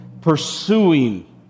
pursuing